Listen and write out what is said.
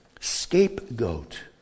Scapegoat